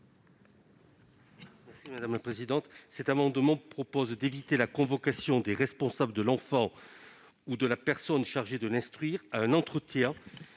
M. Max Brisson. Cet amendement vise à éviter la convocation des responsables de l'enfant ou de la personne chargée de l'instruire à un entretien,